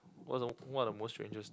what's the what are the most strangest